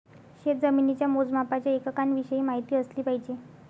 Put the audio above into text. शेतजमिनीच्या मोजमापाच्या एककांविषयी माहिती असली पाहिजे